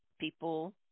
people